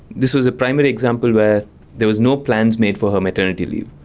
this was a primary example where there was no plans made for her maternity leave.